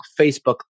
Facebook